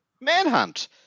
Manhunt